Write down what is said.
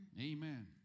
Amen